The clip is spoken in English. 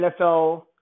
NFL